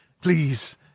Please